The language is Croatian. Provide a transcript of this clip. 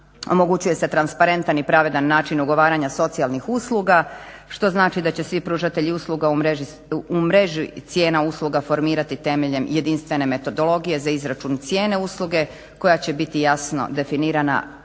omogućuje se transparentan i pravedan način ugovaranja socijalnih usluga što znači da će svi pružatelji usluga u mreži cijena usluga formirati temeljem jedinstvene metodologije za izračun cijene usluge koja će biti jasno definirana